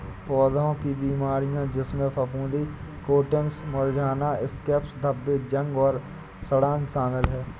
पौधों की बीमारियों जिसमें फफूंदी कोटिंग्स मुरझाना स्कैब्स धब्बे जंग और सड़ांध शामिल हैं